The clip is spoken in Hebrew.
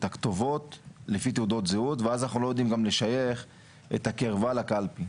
הכתובות לפי תעודות זהות ואז אנחנו גם לא יודעים לשייך את הקרבה לקלפי,